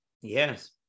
yes